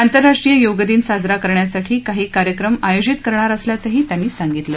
आंतरराष्ट्रीय योग दिन साजरा करण्यासाठी काही कार्यक्रम आयोजित करणार असल्याचंही त्यांनी सांगितलं